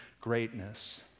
greatness